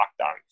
lockdown